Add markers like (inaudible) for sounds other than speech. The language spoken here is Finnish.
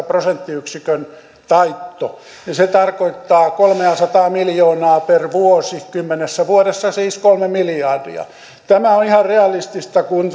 (unintelligible) prosenttiyksikön taitto ja se tarkoittaa kolmeasataa miljoonaa per vuosi kymmenessä vuodessa siis kolme miljardia tämä on ihan realistista kun (unintelligible)